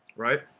right